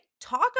Talk